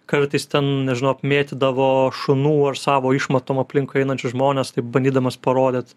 kartais ten nežinau apmėtydavo šunų ar savo išmatom aplinkui einančius žmones taip bandydamas parodyt